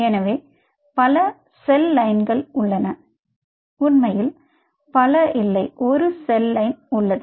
எனவே பல செல் லைன்கள் உள்ளன உண்மையில் பல இல்லை ஒரு செல் லைன் உள்ளது